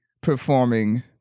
performing